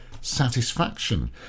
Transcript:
satisfaction